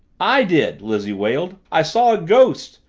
i did! lizzie wailed, i saw a ghost!